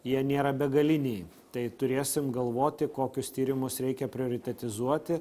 jie nėra begaliniai tai turėsim galvoti kokius tyrimus reikia prioritetizuoti